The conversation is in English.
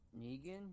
Negan